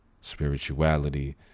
spirituality